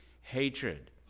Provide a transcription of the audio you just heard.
hatred